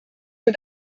mit